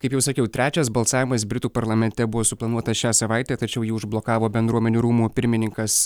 kaip jau sakiau trečias balsavimas britų parlamente buvo suplanuotas šią savaitę tačiau ji užblokavo bendruomenių rūmų pirmininkas